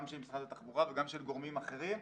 של משרד התחבורה וגם של גורמים אחרים.